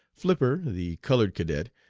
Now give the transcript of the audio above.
flipper, the colored cadet,